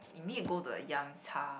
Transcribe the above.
you need to go to a Yum-Cha